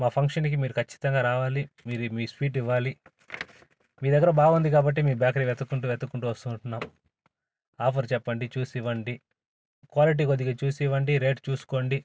మా ఫంక్షన్కి మీరు ఖచ్చితంగా రావాలి మీది మీ స్వీట్ ఇవ్వాలి మీ దగ్గర బాగుంది కాబట్టి మీ బేకరిని వెతుకుంటు వెతుకుంటు వస్తు ఉంటున్నాం ఆఫర్ చెప్పండి చూసి ఇవ్వండి క్వాలిటీ కొద్దిగా చూసి ఇవ్వండి రేట్ చూసుకోండి